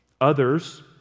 Others